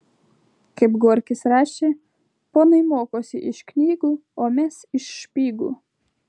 kaip gorkis rašė ponai mokosi iš knygų o mes iš špygų